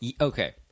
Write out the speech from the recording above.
Okay